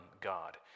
God